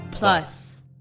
Plus